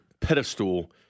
pedestal